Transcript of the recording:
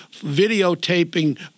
videotaping